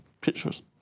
pictures